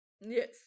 Yes